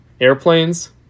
airplanes